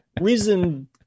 reason